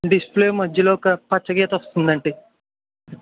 display మధ్యలో ఒక పచ్చ గీత వస్తుందండి